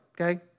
okay